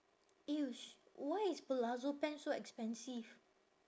eh why is palazzo pants so expensive